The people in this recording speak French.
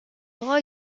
drogues